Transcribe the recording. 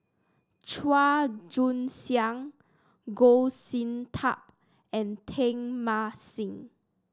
Chua Joon Siang Goh Sin Tub and Teng Mah Seng